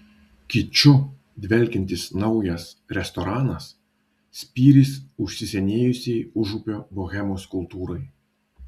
kiču dvelkiantis naujas restoranas spyris užsisenėjusiai užupio bohemos kultūrai